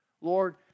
Lord